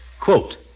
Quote